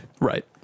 right